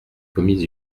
commis